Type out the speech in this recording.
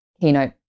keynote